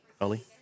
Ollie